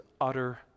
utter